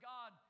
God